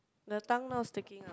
the tongue not sticking out